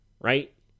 right